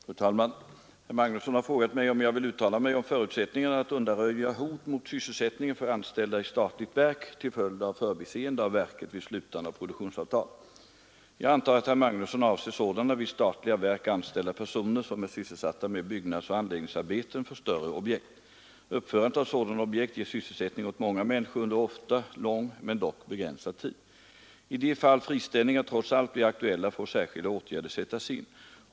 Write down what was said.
Fru talman! Herr Magnusson i Kristinehamn har frågat mig om jag vill uttala mig om förutsättningarna att undanröja hot mot sysselsättningen för anställda i statligt verk till följd av förbiseende av verket vid slutande av produktionsavtal. Jag antar att herr Magnusson avser sådana vid statliga verk anställda personer som är sysselsatta med byggnadsoch anläggningsarbeten för större objekt. Uppförandet av sådana objekt ger sysselsättning åt många ” människor under ofta lång men dock begränsad tid. I de fall friställningar trots allt blir aktuella får särskilda åtgärder sättas in.